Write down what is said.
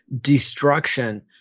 destruction